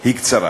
היא קצרה.